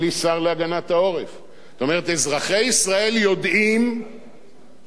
אזרחי ישראל יודעים שראש הממשלה ושר הביטחון